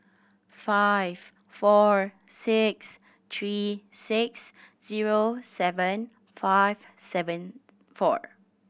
five four six three six zero seven five seven four